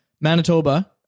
manitoba